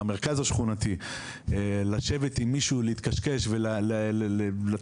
במרכז השכונתי לשבת עם מישהו להתקשקש ולטעום